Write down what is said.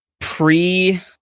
pre